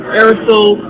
Aerosol